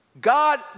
God